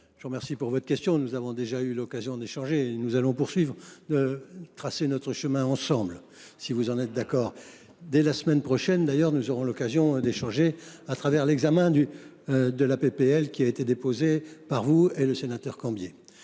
je vous remercie de votre question. Nous avons déjà eu l’occasion d’échanger et nous allons continuer à tracer notre chemin ensemble, si vous en êtes d’accord. Dès la semaine prochaine d’ailleurs, nous aurons l’occasion d’échanger lors de l’examen de cette proposition de loi, déposée par vous même et le sénateur Cambier.